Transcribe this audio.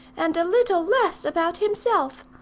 and little less about himself.